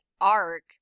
arc